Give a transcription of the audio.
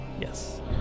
Yes